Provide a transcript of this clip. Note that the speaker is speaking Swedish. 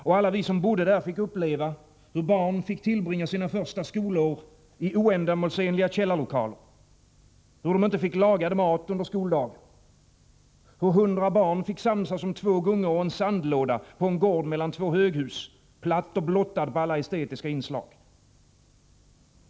Och alla vi som bodde där fick uppleva hur barn fick tillbringa sina första skolår i oändamålsenliga källarlokaler, hur de inte fick lagad mat under skoldagen, hur hundra barn fick samsas om två gungor och en sandlåda på en gård mellan två höghus, platt och blottad på alla estetiska inslag.